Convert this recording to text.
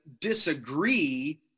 disagree